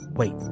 Wait